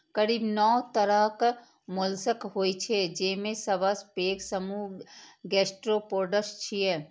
करीब नौ तरहक मोलस्क होइ छै, जेमे सबसं पैघ समूह गैस्ट्रोपोड्स छियै